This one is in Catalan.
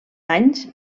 anys